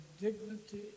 dignity